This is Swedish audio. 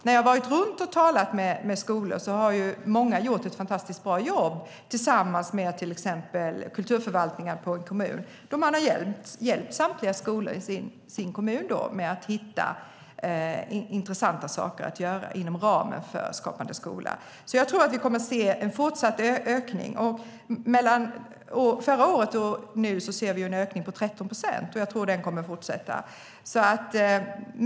När jag rest runt och talat med skolor har det visat sig att många gjort ett fantastiskt bra jobb tillsammans med exempelvis kommunens kulturförvaltning, som hjälpt samtliga skolor i kommunen med att hitta intressanta saker att göra inom ramen för Skapande skola. Jag tror därför att vi kommer att få se en fortsatt ökning. Mellan förra året och nu ser vi en ökning på 13 procent, och jag tror att ökningen kommer att fortsätta.